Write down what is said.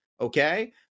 Okay